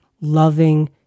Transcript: loving